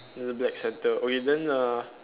with black centre okay then the